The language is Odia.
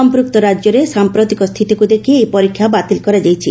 ସଂପୃକ୍ତ ରାଜ୍ୟରେ ସାଂପ୍ରତିକ ସ୍ଥିତିକୁ ଦେଖି ଏହି ପରୀକ୍ଷା ବାତିଲ କରାଯାଇଛି